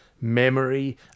memory